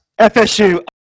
FSU